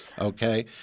Okay